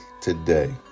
today